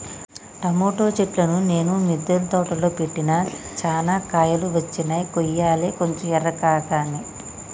tomato చెట్లును నేను మిద్ద తోటలో పెట్టిన చానా కాయలు వచ్చినై కొయ్యలే కొంచెం ఎర్రకాగానే